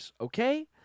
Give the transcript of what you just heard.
okay